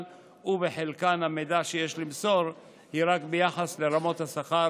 ובחלקן המידע שיש למסור הוא רק ביחס לרמות השכר